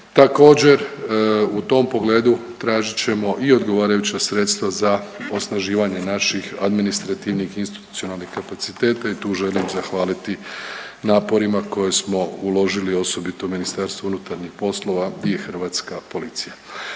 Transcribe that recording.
Također u tom pogledu tražit ćemo i odgovarajuća sredstva za osnaživanje naših administrativnih i institucionalnih kapaciteta i tu želim zahvaliti naporima koje smo uložili, osobito MUP-u i hrvatska policija.